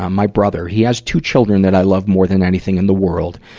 um my brother. he has two children that i love more than anything in the world,